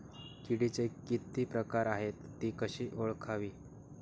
किडीचे किती प्रकार आहेत? ति कशी ओळखावी?